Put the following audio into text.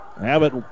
Abbott